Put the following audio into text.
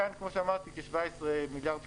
כמו שאמרתי, כאן ניתנו כ-17 מיליארד שקלים.